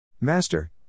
Master